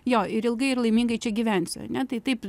jo ir ilgai ir laimingai čia gyvensiu ane tai taip